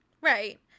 Right